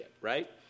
right